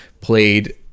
played